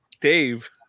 Dave